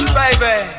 baby